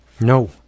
No